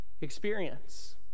experience